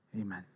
Amen